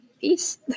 Peace